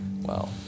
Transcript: Wow